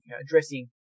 addressing